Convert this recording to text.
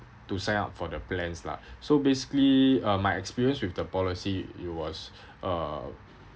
to sign up for the plans lah so basically uh my experience with the policy it was uh